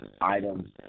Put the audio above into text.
items